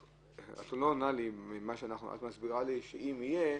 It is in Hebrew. את מסבירה לי איך תתמודדי אם יהיה.